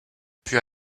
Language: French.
puis